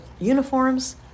uniforms